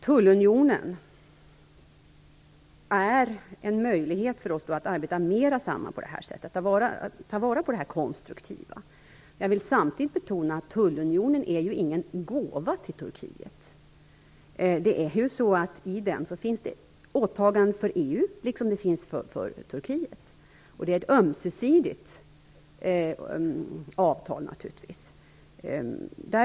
Tullunionen ger oss en möjlighet att arbeta mer på detta sätt och ta vara på det konstruktiva. Jag vill samtidigt betona att tullunionen inte är någon gåva till Turkiet. Det finns ju åtaganden både från EU och från Turkiet. Det är ett ömsesidigt avtal.